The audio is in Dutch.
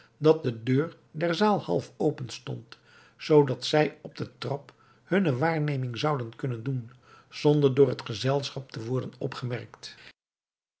dat de deur der zaal half open stond zoodat zij op den trap hunne waarneming zouden kunnen doen zonder door het gezelschap te worden